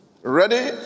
Ready